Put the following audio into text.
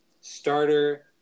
starter